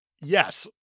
yes